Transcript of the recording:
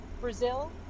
Brazil